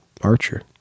Archer